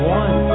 one